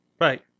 Right